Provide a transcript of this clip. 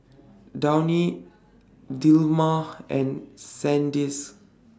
Downy Dilmah and Sandisk